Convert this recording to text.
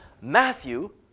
Matthew